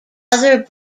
other